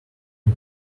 too